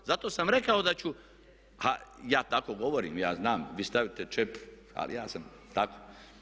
Zato sam rekao da ću …… [[Upadica se ne čuje.]] ja tako govorim, ja znam, vi stavite čep ali ja sam tako.